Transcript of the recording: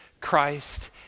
Christ